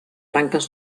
branques